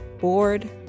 bored